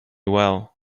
well